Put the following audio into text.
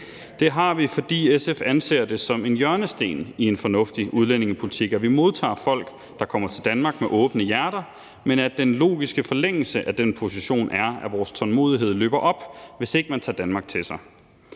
Det har vi, fordi SF anser det som en hjørnesten i en fornuftig udlændingepolitik, at vi modtager folk, der kommer til Danmark, med åbne hjerter, men at den logiske forlængelse af den position er, at vores tålmodighed løber ud, hvis ikke man tager Danmark til sig.